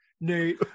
Nate